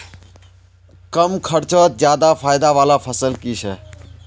कम खर्चोत ज्यादा फायदा वाला फसल की छे?